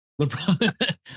LeBron